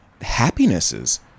happinesses